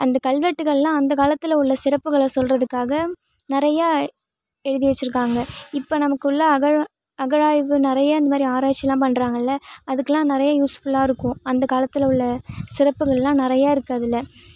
அந்த கல்வெட்டுகள்லான் அந்த காலத்தில் உள்ள சிறப்புகளை சொல்கிறதுக்காக நிறையா எழுதி வச்சிருக்காங்க இப்போ நமக்குள்ளே அகழ் அகழாய்வு நிறையா இந்த மாதிரி ஆராய்ச்சிலாம் பண்ணுறாங்கள்ல அதுக்கெலான் நிறையா யூஸ்ஃபுல்லாக இருக்கும் அந்த காலத்தில் உள்ள சிறப்புகள்லாம் நிறையா இருக்குது அதில்